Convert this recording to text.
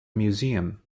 museum